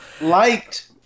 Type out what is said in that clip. Liked